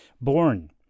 Born